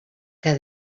que